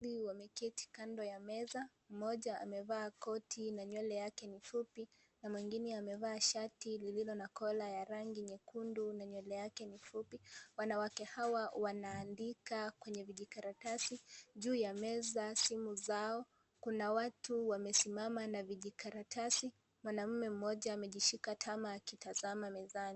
Wanawake wawili wameketi kando ya meza, mmoja amevaa koti na nywele yake ni fupi na mwengine amevaa shati lililo na kola ya rangi ya nyekundu na nywele yake ni fupi. Wanawake hawa wanaandikwa kwenye vijikaratasi juu ya meza, simu zao. Kuna watu wamesimama na vijikaratasi. Mwanamume mmoja amejishika tama akitazama mezani.